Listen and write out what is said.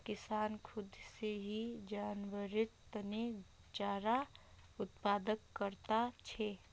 किसान खुद से ही जानवरेर तने चारार उत्पादन करता छे